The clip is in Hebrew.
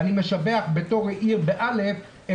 באל"ף,